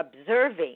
observing